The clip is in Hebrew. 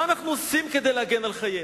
מה אנו עושים כדי להגן על חיינו?